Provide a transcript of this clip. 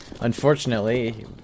Unfortunately